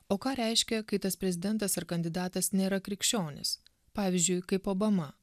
o ką reiškia kai tas prezidentas ar kandidatas nėra krikščionis pavyzdžiui kaip obama